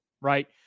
right